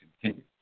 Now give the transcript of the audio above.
continue